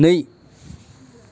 नै